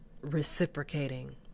reciprocating